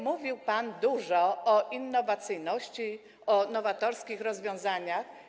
Mówił pan dużo o innowacyjności, o nowatorskich rozwiązaniach.